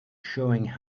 showing